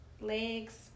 legs